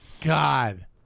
God